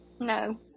No